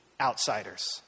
outsiders